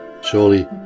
Surely